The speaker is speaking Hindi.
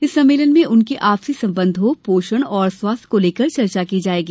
इस सम्मेलन में उनके आपसी संबंधों पोषण और स्वास्थ्य को लेकर चर्चा की जायेगी